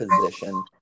position